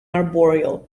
arboreal